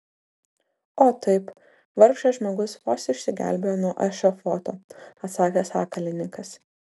o taip vargšas žmogus vos išsigelbėjo nuo ešafoto atsakė sakalininkas